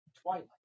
Twilight